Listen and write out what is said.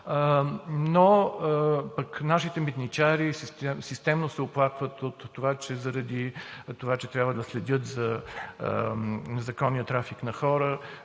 но пък нашите митничари системно се оплакват от това, че трябва да следят за незаконния трафик на хора,